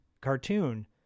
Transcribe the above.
cartoon